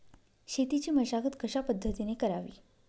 शेतीची मशागत कशापद्धतीने करावी?